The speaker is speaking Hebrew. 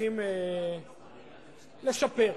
צריכים לשפר.